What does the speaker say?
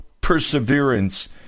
perseverance